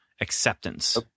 acceptance